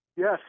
Yes